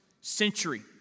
century